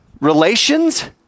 relations